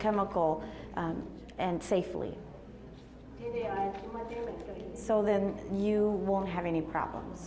chemical and safely so then you won't have any problem